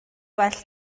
well